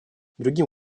другим